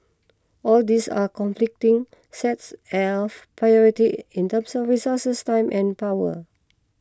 all these are conflicting sets of priority in terms of resources time and power